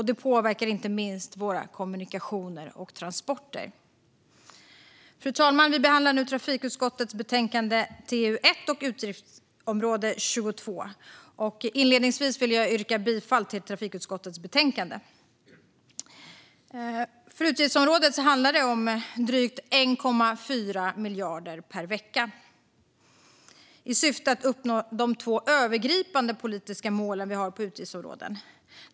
Det påverkar inte minst våra kommunikationer och transporter. Fru talman! Vi behandlar nu trafikutskottets betänkande TU1 och utgiftsområde 22. Inledningsvis vill jag yrka bifall till trafikutskottets förslag i betänkandet. För utgiftsområdet handlar det om drygt 1,4 miljarder per vecka i syfte att uppnå de två övergripande politiska målen som vi har på utgiftsområdet.